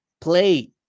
play